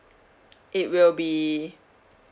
it will be